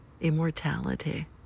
Immortality